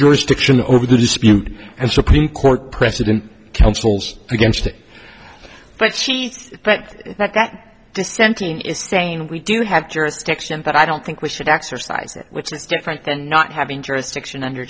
jurisdiction over the dispute and supreme court precedent councils against it but but that dissenting is saying we do have jurisdiction but i don't think we should exercise it which is different than not having jurisdiction under